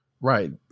Right